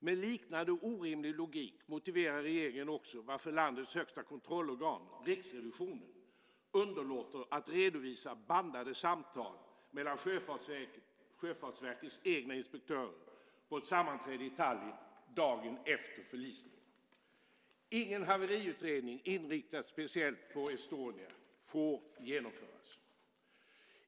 Med liknande orimlig logik motiverar regeringen också varför landets högsta kontrollorgan, Riksrevisionen, underlåter att redovisa bandade samtal mellan Sjöfartsverkets egna inspektörer på ett sammanträde i Tallinn dagen efter förlisningen. Ingen haveriutredning inriktad speciellt på M/S Estonia får genomföras.